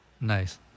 Nice